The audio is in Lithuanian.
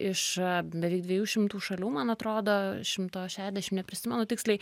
iš beveik dviejų šimtų šalių man atrodo šimto šešdešim neprisimenu tiksliai